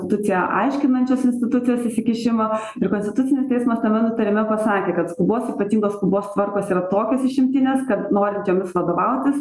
konstituciją aiškinančios institucijos įsikišimo ir konstitucinis teismas tame nutarime pasakė kad skubos ypatingos skubos tvarkos ir tokios išimtinės kad norint jomis vadovautis